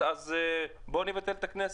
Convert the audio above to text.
אז בואו נבטל את הכנסת,